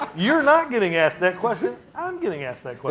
you're not getting asked that question, i'm getting asked that